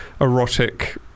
erotic